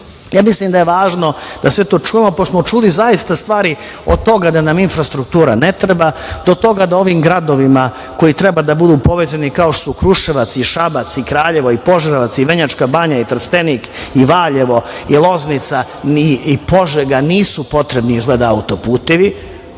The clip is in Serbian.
ja mislim da je važno da sve to čujemo, pošto smo čuli zaista stvari, od toga da nam infrastruktura ne treba do toga da ovim gradovima koji treba da budu povezani, kao što su Kruševac, Šabac, Kraljevo, Požarevac, Vrnjačka banja, Trstenik, Valjevo, Loznica i Požega, nisu potrebni izgleda auto-putevi,